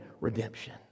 redemption